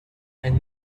and